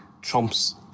trumps